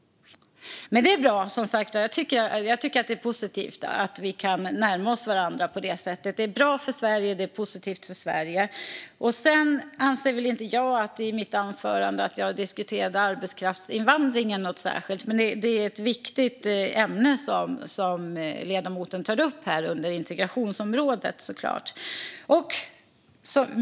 Men det är som sagt bra och positivt att vi kan närma oss varandra på det sättet. Det är bra och positivt för Sverige. Jag anser inte att jag i mitt anförande diskuterade arbetskraftsinvandringen särskilt mycket, men det är självklart ett viktigt ämne på integrationsområdet som ledamoten tar upp.